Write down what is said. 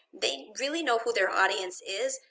they really know who their audience is,